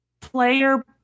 player